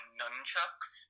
nunchucks